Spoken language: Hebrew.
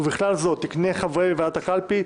ובכלל זאת תקני חברי ועדת הקלפי,